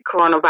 coronavirus